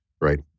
right